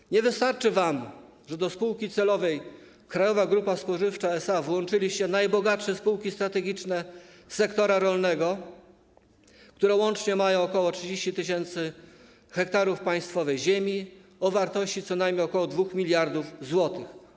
Czy nie wystarczy wam, że do spółki celowej Krajowa Grupa Spożywcza SA włączyliście najbogatsze spółki strategiczne z sektora rolnego, które łącznie mają ok. 30 tys. ha państwowej ziemi o wartości co najmniej ok. 2 mld zł?